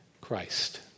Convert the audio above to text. Christ